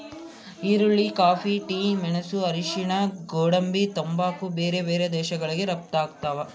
ಈರುಳ್ಳಿ coffee tea ಮೆಣಸು ಅರಿಶಿಣ ಗೋಡಂಬಿ ತಂಬಾಕು ಬೇರೆ ಬೇರೆ ದೇಶಗಳಿಗೆ ರಪ್ತಾಗ್ತಾವ